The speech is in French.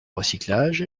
recyclage